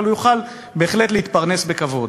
אבל הוא יוכל בהחלט להתפרנס בכבוד.